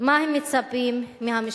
מה הם מצפים מהמשפחה.